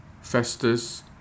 Festus